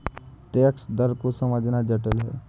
tax दर को समझना जटिल है